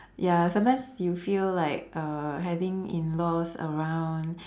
ya sometimes you feel like uh having in laws around